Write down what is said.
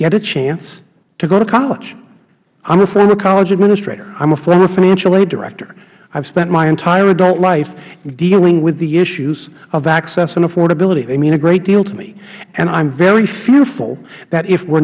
get a chance to go to college i am a former college administrator i am a former financial aid director i have spent my entire adult life dealing with the issues of access and affordability they mean a great deal to me and i am very fearful that if we